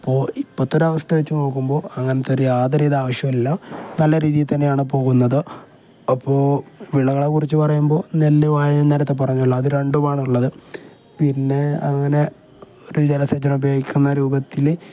അപ്പോൾ ഇപ്പോഴത്തെ ഒരു അവസ്ഥ വച്ചു നോക്കുമ്പോൾ അങ്ങനത്തെ ഒരു യാതൊരു വിധ ആവശ്യമെല്ലാം നല്ല രീതിയിൽ തന്നെയാണ് പോകുന്നത് അപ്പോൾ വിളകളെ കുറിച്ചു പറയുമ്പോൾ നെല്ല് വാഴ നേരത്തെ പറഞ്ഞതുള്ളൂ അത് രണ്ടുമാണ് ഉള്ളത് പിന്നെ അങ്ങനെ ഒരു ജലസേചനം ഉപയോഗിക്കുന്ന രൂപത്തിൽ